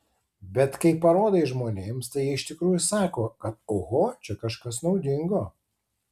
bet kai parodai žmonėms tai jie iš tikrųjų sako kad oho čia kažkas naudingo